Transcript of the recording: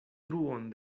truon